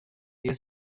rayon